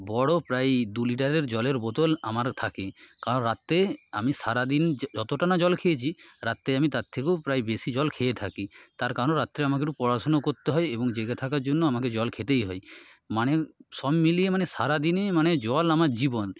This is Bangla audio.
বড় প্রায়ই দুলিটারের জলের বোতল আমার থাকে কারণ রাত্রে আমি সারাদিন যতটা না জল খেয়েছি রাত্রে আমি তার থেকেও প্রায় বেশি জল খেয়ে থাকি তার কারণ রাত্রে আমাকে একটু পড়াশোনা করতে হয় এবং জেগে থাকার জন্য আমাকে জল খেতেই হয় মানে সব মিলিয়ে মানে সারাদিনে মানে জল আমার জীবন